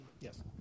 Yes